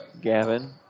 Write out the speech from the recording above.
Gavin